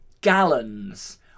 gallons